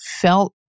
felt